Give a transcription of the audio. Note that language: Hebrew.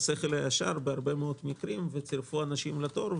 השכל הישר בהרבה מאוד מקרים וצירפו אנשים לתור.